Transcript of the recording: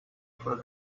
for